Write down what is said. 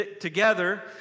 together